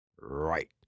right